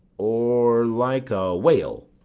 or like a whale.